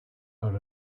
out